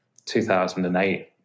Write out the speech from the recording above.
2008